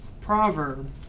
proverb